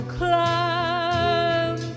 climb